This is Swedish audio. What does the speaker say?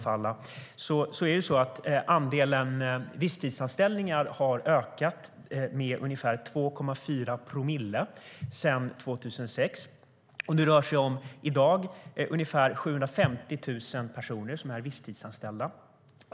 Men för den som är intresserad av faktisk statistik kan jag säga att andelen visstidsanställningar har ökat med ungefär 2,4 promille sedan 2006. Nu rör det sig om ungefär 750 000 personer som i dag är visstidsanställda.